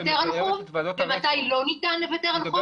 על החוק ומתי לא ניתן לוותר על החוב.